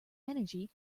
energy